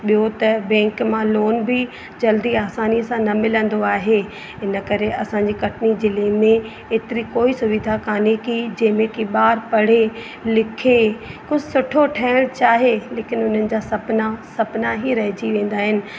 ॿियो त बैंक मां लोन बि जल्दी आसानी सां न मिलंदो आहे हिन करे असांजी कटनी ज़िले में एतिरी कोई सुविधा कोन्हे की जंहिंमें कि ॿार पढ़े लिखे कुझु सुठो ठहिणु चाहे लेकिन उन्हनि जा सुपिना सुपिना ई रहिजी वेंदा आहिनि